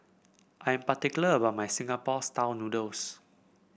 I am particular about my Singapore style noodles